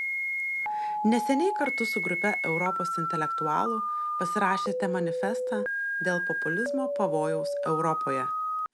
neseniai kartu su grupe europos intelektualų pasirašėte manifestą dėl populizmo pavojaus europoje